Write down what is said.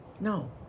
No